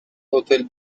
hotel